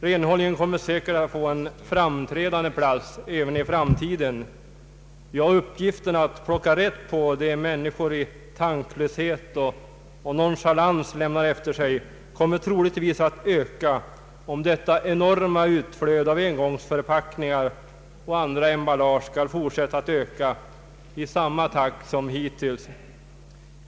Renhållningen kommer säkert att få en framträdande plats även i fortsättning en. Uppgiften att plocka rätt på vad människor i tanklöshet och nonchalans lämnar efter sig kommer troligtvis att bli alltmer omfattande, om detta enorma utflöde av engångsförpackningar och andra emballage skall fortsätta att öka i samma takt som hittills.